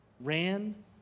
ran